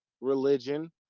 Religion